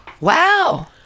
wow